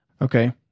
Okay